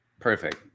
Perfect